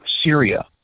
Syria